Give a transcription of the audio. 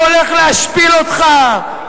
הוא הולך להשפיל אותך,